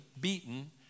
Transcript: beaten